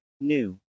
new